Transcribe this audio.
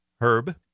Herb